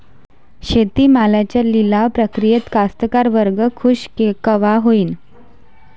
शेती मालाच्या लिलाव प्रक्रियेत कास्तकार वर्ग खूष कवा होईन?